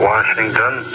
Washington